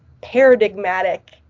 paradigmatic